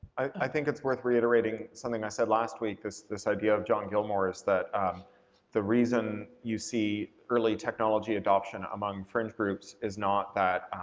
i think it's worth reiterating, something i said last week, this this idea of john gilmore's that the reason you see early technology adoption among fringe groups is not that